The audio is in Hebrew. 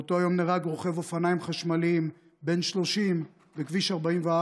באותו היום נהרג רוכב אופניים חשמליים בן 30 בכביש 44,